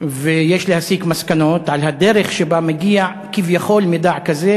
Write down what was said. ויש להסיק מסקנות על הדרך שבה מגיע כביכול מידע כזה,